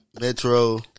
Metro